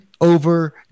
over